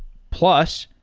plus,